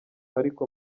ariko